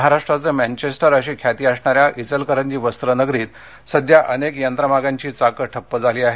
महाराष्ट्राचे मँथेस्टर अशी ख्याती असणाऱ्या इचलकरंजी वस्त्र नगरीत सध्या अनेक यंत्रमागांची चाक ठप्प झाली आहेत